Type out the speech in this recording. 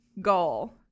goal